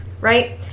Right